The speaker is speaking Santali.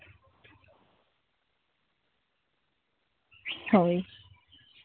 ᱦᱳᱭ